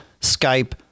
Skype